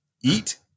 eat